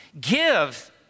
Give